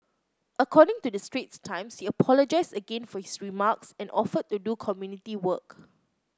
according to the Straits Times he apologised again for his remarks and offered to do community work